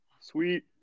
Sweet